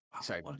Sorry